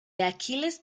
achilles